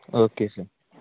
okay sir